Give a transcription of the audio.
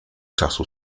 czasu